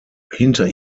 hinter